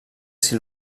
s’hi